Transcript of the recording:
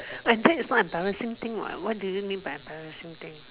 and that is not embarrassing thing what what do you mean by embarrassing thing